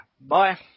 Bye